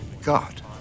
God